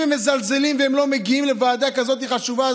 אם הם מזלזלים ולא מגיעים לוועדה כזאת חשובה,